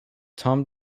tom